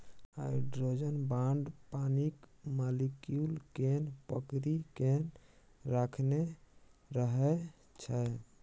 hydrogen bond पानिक molecule केँ पकरि केँ राखने रहै छै